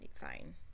fine